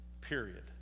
Period